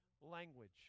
language